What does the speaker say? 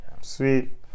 Sweet